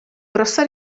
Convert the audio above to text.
grossa